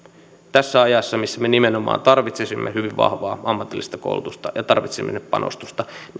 tässä ajassa missä me nimenomaan tarvitsisimme hyvin vahvaa ammatillista koulutusta ja tarvitsisimme sinne panostusta